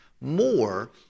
more